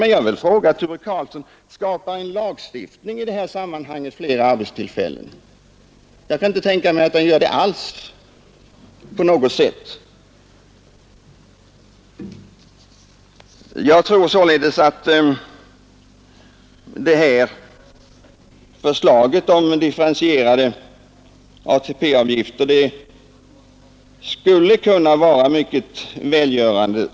Men jag vill fråga Helge Karlsson: Skapar en lagstiftning i det här sammanhanget några arbetstillfällen? Jag kan inte tänka mig att den på något sätt gör det. Jag tror således att differentierade ATP-avgifter skulle kunna vara mycket välgörande.